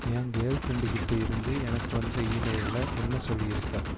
என் girl ஃப்ரெண்டுகிட்டே இருந்து எனக்கு வந்த ஈமெயிலில் என்ன சொல்லியிருக்காள்